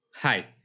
Hi